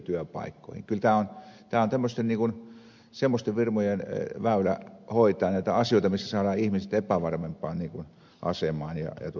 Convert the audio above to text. kyllä tämä on semmoisten firmojen väylä hoitaa asioita joissa saadaan ihmiset epävarmempaan asemaan